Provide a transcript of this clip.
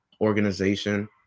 organization